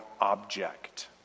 object